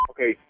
Okay